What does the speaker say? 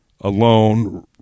alone